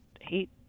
hate